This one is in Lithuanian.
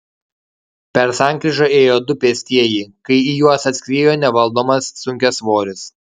per sankryžą ėjo du pėstieji kai į juos atskriejo nevaldomas sunkiasvoris